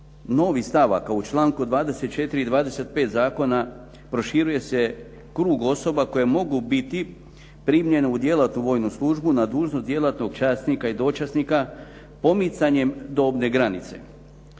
novih stavaka u članku 24. i 25. zakona proširuje se krug osoba koje mogu biti primljene u djelatnu vojnu službu na dužnost djelatnog časnika i dočasnika pomicanjem dobne granice.